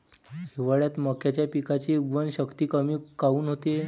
हिवाळ्यात मक्याच्या पिकाची उगवन शक्ती कमी काऊन होते?